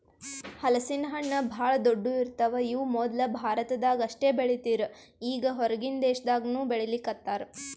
ಹಲಸಿನ ಹಣ್ಣ್ ಭಾಳ್ ದೊಡ್ಡು ಇರ್ತವ್ ಇವ್ ಮೊದ್ಲ ಭಾರತದಾಗ್ ಅಷ್ಟೇ ಬೆಳೀತಿರ್ ಈಗ್ ಹೊರಗಿನ್ ದೇಶದಾಗನೂ ಬೆಳೀಲಿಕತ್ತಾರ್